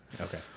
Okay